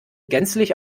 gänzlich